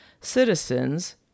citizens